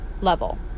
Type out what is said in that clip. level